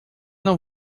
não